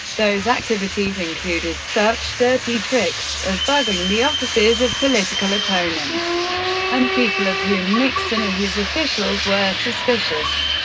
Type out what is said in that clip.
those activities included such dirty tricks as bugging the offices of political opponents and people of whom nixon or his officials were suspicious.